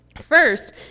First